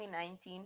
2019